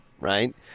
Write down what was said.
right